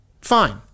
Fine